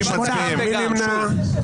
מי נמנע?